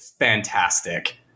fantastic